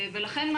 ולכן,